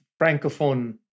Francophone